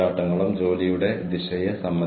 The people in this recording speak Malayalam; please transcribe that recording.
പണവും ഉൾപ്പെട്ടിട്ടുണ്ട്